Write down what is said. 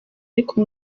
ariko